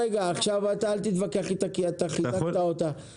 עכשיו אל תתווכח איתה כי אתה כיבדת אותה.